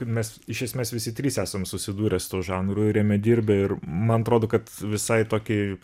mes iš esmės visi trys esam susidūrę su too žanru ir jame dirbę ir man atrodo kad visai tokį